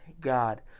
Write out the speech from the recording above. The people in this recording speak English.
God